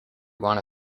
want